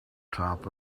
top